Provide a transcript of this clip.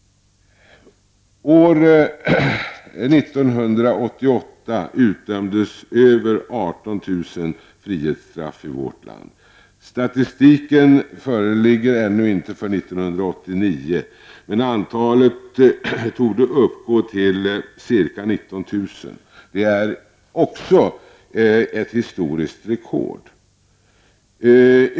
År 1988 utdömdes över 18 000 frihetsstraff i vårt land. Statistiken föreligger ännu inte för 1989, men antalet torde uppgå till ca 19 000. Det är också ett historiskt rekord.